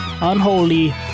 Unholy